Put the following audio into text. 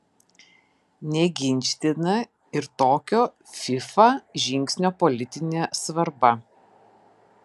neginčytina ir tokio fifa žingsnio politinė svarba